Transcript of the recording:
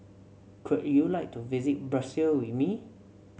could you like to visit Brussels with me